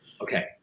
Okay